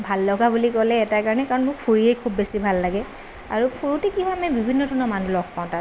ভাল লগা বুলি ক'লে এটা কাৰণে কাৰণ মোৰ ফুৰিয়ে খুব বেছি ভাল লাগে আৰু ফুৰোঁতে কি হয় আমি বিভিন্ন ধৰণৰ মানুহ লগ পাওঁ তাত